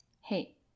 hey